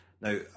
Now